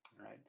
right